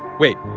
wait.